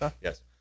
yes